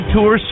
Tour